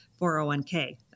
401k